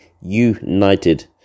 United